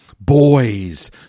boys